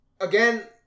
again